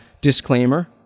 disclaimer